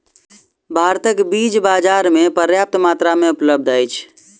भारतक बीज बाजार में पर्याप्त मात्रा में उपलब्ध अछि